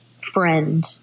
friend